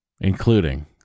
including